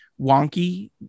wonky